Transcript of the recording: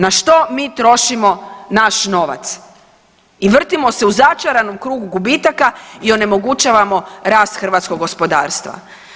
Na što mi trošimo naš novac i vrtimo se u začaranom krugu gubitaka i onemogućavamo rast hrvatskog gospodarstva.